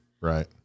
Right